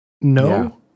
no